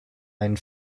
einen